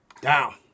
Down